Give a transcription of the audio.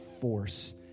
force